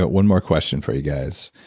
but one more question for you guys.